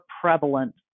prevalent